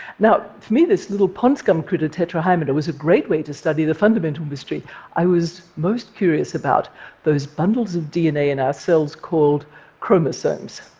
now, for me, this little pond scum critter tetrahymena was a great way to study the fundamental mystery i was most curious about those bundles of dna in our cells called chromosomes.